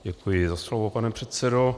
Děkuji za slovo, pane předsedo.